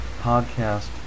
Podcast